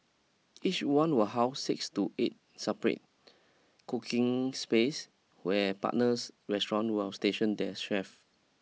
each one will house six to eight separate cooking space where partners restaurant will station their chef